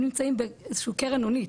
הם נמצאים באיזושהי קרן הונית.